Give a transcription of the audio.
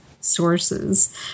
sources